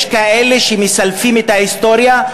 יש כאלה שמסלפים את ההיסטוריה,